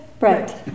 Right